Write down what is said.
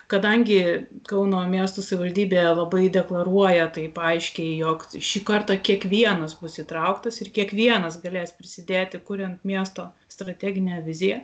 kadangi kauno miesto savivaldybė labai deklaruoja taip aiškiai jog šį kartą kiekvienas bus įtrauktas ir kiekvienas galės prisidėti kuriant miesto strateginę viziją